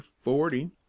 forty